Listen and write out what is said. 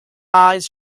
eyes